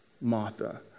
Martha